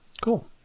Cool